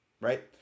right